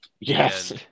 Yes